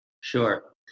Sure